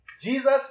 Jesus